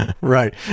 Right